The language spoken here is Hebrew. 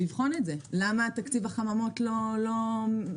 צריך לבחון למה תקציב החממות לא מנוצל.